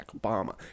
obama